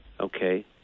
Okay